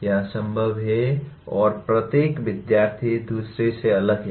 यह असंभव है और प्रत्येक विद्यार्थी दूसरे से अलग है